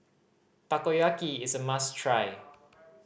takoyaki is a must try